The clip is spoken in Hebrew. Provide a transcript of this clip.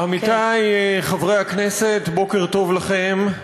עמיתי חברי הכנסת, בוקר טוב לכם.